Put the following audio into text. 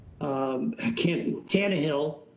Tannehill